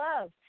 love